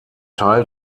teil